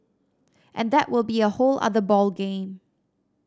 and that will be a whole other ball game